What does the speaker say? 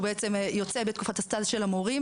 בעצם יוצא בתקופת הסטאז' של המורים.